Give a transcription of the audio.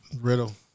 Riddle